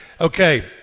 Okay